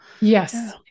yes